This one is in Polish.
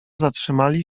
zatrzymali